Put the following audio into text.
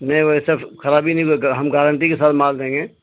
نہیں وہیسا خرابی نہیں ہو ہم گارنٹی کے ساتھ مال دیں گے